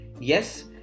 Yes